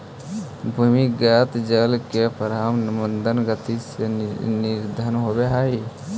भूमिगत जल के प्रवाह मन्द गति से निरन्तर होवऽ हई